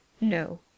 No